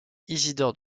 isidore